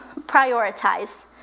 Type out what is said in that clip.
prioritize